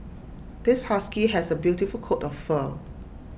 this husky has A beautiful coat of fur